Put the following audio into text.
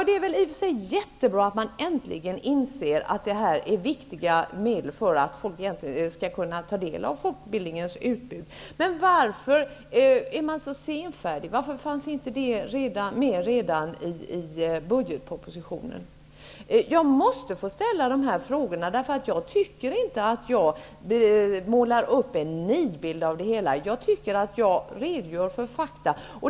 Det är i och för sig jättebra att man äntligen inser att SVUXA-bidragen är viktiga medel för att människor skall kunna ta del av folkbildningens utbud. Men varför är man så senfärdig? Varför fanns inte det med redan i budgetpropositionen? Jag måste få ställa de här frågorna. Jag tycker inte att jag målar upp en nidbild. Jag tycker att jag redogör för fakta.